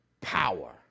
power